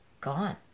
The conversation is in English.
gone